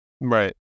Right